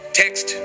text